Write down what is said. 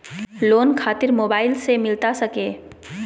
Loan खातिर mobile से मिलता सके?